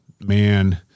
man